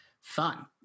fun